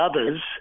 others